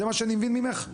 זה מה שאני מבין ממך?